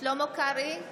שלמה קרעי,